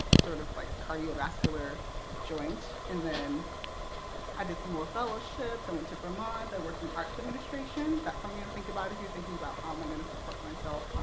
sort of, like, cardiovascular joint. and then i did some more fellowships. i went to vermont. i worked in arts administration. that's something to think about if you're thinking about how am i going to support myself,